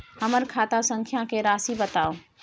हमर खाता संख्या के राशि बताउ